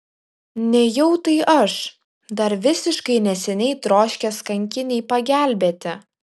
nejau tai aš dar visiškai neseniai troškęs kankinei pagelbėti